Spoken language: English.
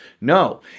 No